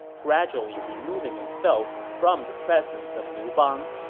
gradually removing himself from the presence of liu bang,